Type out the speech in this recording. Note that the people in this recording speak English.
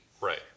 Right